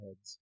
heads